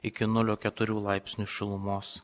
iki nulio keturių laipsnių šilumos